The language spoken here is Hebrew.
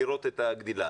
לראות את הגדילה.